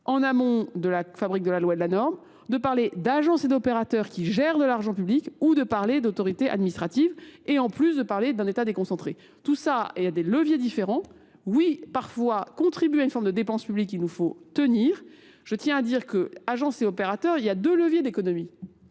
en amont de la fabrique de la loi de la norme, de parler d'agence et d'opérateurs qui gèrent de l'argent public ou de parler d'autorité administrative et en plus de parler d'un état déconcentré. Tout ça, il y a des leviers différents. Oui, parfois contribuer à une forme de dépenses publiques, il nous faut tenir. Je tiens à dire qu'agence et opérateurs, il y a deux leviers d'économie.